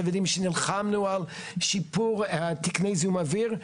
טבע ודין שנלחמנו על שיפור תקני זיהום אוויר.